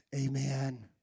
amen